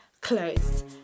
closed